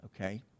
okay